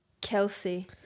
Kelsey